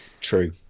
True